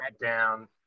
down